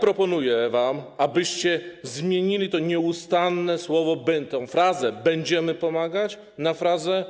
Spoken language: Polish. Proponuję wam, abyście zmienili tę nieustannie powtarzaną frazę: będziemy pomagać na słowo: